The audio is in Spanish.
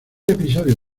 episodio